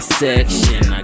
section